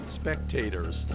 spectators